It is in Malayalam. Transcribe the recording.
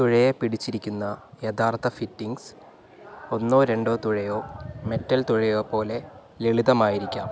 തുഴയെ പിടിച്ചിരിക്കുന്ന യഥാർത്ഥ ഫിറ്റിംഗ്സ് ഒന്നോ രണ്ടോ തുഴയോ മെറ്റൽ തുഴയോ പോലെ ലളിതമായിരിക്കാം